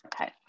Okay